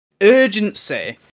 urgency